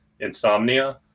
insomnia